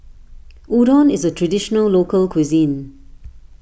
Udon is a Traditional Local Cuisine